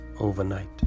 overnight